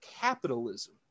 capitalism